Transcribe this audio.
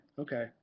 Okay